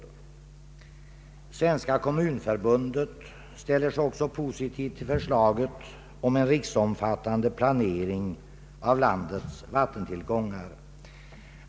Även Svenska kommunförbundet ställer sig positivt till förslaget om en riksomfattande planering av landets vattentillgångar.